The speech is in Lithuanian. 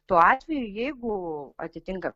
tuo atveju jeigu atitinka